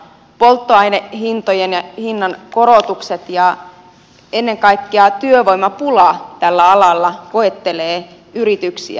polttoaineen hinnankorotukset ja ennen kaikkea työvoimapula tällä alalla koettelevat yrityksiä